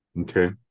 okay